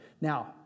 Now